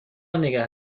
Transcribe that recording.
نگه